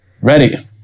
Ready